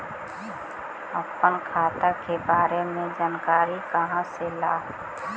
अपन खाता के बारे मे जानकारी कहा से ल?